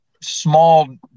small